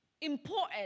important